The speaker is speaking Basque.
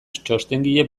txostengile